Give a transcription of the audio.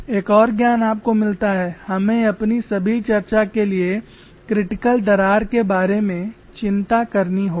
एक और ज्ञान आपको मिलता है हमें अपनी सभी चर्चा के लिए क्रिटिकल दरार के बारे में चिंता करनी होगी